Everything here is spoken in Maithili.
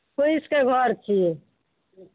फुसिके घर छी